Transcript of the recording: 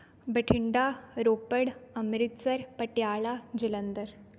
Bathinda Ropar Amritsar Patiala Jalandhar